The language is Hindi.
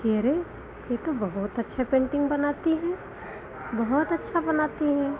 कि अरे ये तो बहुत अच्छा पेन्टिंग बनाती है बहुत अच्छा बनाती है